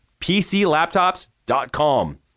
PCLaptops.com